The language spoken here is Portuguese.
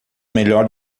melhor